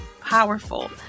powerful